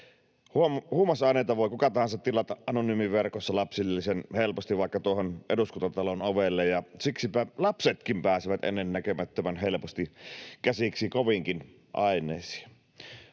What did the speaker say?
Huumausaineita voi kuka tahansa tilata anonyymiverkossa lapsellisen helposti vaikka tuohon Eduskuntatalon ovelle, ja siksipä lapsetkin pääsevät ennennäkemättömän helposti käsiksi koviinkin aineisiin.